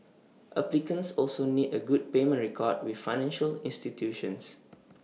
applicants also need A good payment record with financial institutions